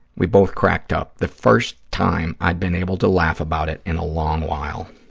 we both cracked up, the first time i'd been able to laugh about it in a long while.